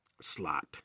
slot